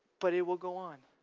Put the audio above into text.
but it will go on.